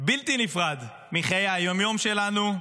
בלתי נפרד מחיי היום-יום שלנו,